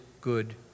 good